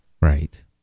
Right